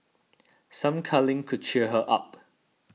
some cuddling could cheer her up